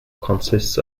consists